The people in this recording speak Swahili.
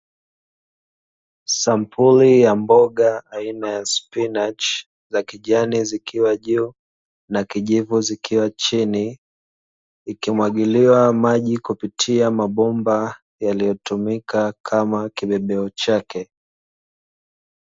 Sampuli ya mboga aina ya spinachi, za kijani zikiwa juu na kijivu zikiwa chini, zikimwagiliwa maji kupitia mabomba yaliyotumika kama kibebeo chake.